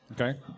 Okay